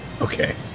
Okay